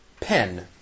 Pen